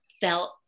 felt